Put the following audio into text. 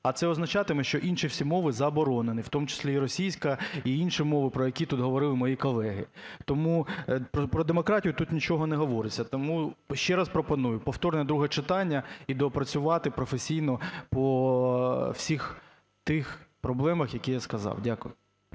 А це означатиме, що інші всі мови заборонені, в тому числі і російська, і інші мови, про які тут говорили мої колеги. Тому про демократію тут нічого не говориться. Тому ще раз пропоную, повторне друге читання і доопрацювати професійно по всіх тих проблемах, які я сказав. Дякую.